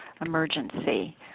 emergency